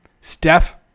Steph